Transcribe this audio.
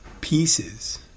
pieces